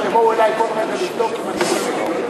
אז יבואו אלי כל רגע לבדוק אם אני רואה טלוויזיה.